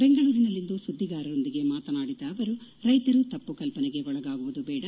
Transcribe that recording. ಬೆಂಗಳೂರಿನಲ್ಲಿಂದು ಸುದ್ದಿಗಾರರೊಂದಿಗೆ ಮಾತನಾಡಿದ ಅವರು ರೈತರು ತಪ್ಪು ಕಲ್ಪನೆಗೆ ಒಳಗಾಗುವುದು ಬೇಡ